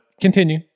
continue